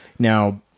Now